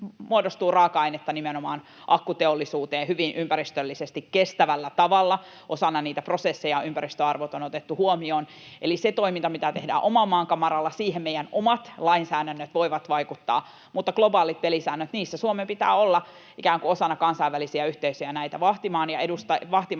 muodostuu raaka-ainetta nimenomaan akkuteollisuuteen hyvin ympäristöllisesti kestävällä tavalla. Osana niitä prosesseja on otettu huomioon ympäristöarvot eli se toiminta, mitä tehdään oman maan kamaralla. Siihen meidän omat lainsäädännöt voivat vaikuttaa, mutta globaalien pelisääntöjen osalta Suomen pitää olla ikään kuin osana kansainvälisiä yhteisöjä näitä vahtimassa.